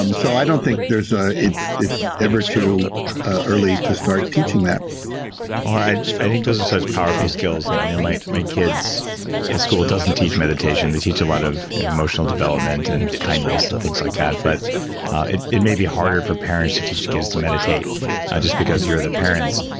um so i don't think ah it's it's ever too early to start teaching that i i think those are such powerful skills. and i know my my kids' ah school doesn't teach meditation they teach a lot of emotional development and kindness and things like that, but it it may be harder for parents to teach kids to meditate just because you're the parents.